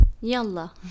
Yalla